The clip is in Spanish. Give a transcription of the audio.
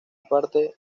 parte